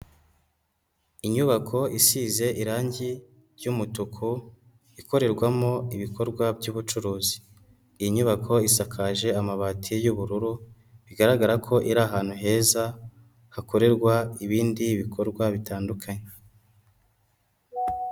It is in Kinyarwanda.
Inyubako isize irangi ry'umutuku ikorerwamo ibikorwa byubucuruzi. Iyi nyubako isakaje amabati y'ubururu, bigaragara ko iri ahantu heza hakorerwa ibindi bikorwa bitandukanye.